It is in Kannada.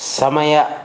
ಸಮಯ